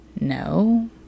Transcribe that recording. No